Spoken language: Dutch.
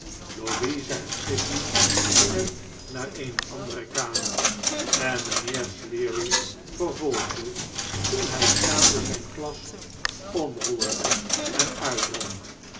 louisa en sissy gingen naar eene andere kamer en mijnheer sleary vervolgde toen hij staande zijn glas omroerde en uitdronk